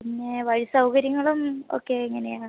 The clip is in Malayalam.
പിന്നെ വഴി സൗകര്യങ്ങളുമൊക്കെ എങ്ങനെയാണ്